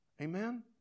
Amen